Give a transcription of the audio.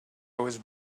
was